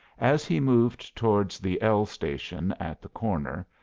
as he moved toward the l station at the corner,